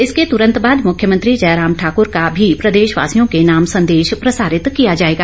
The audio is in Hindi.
इसके तुरंत बाद मुख्यमंत्री जयराम ठाकुर का भी प्रदेशवासियों के नाम संदेश प्रसारित किया जाएगा